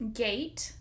gate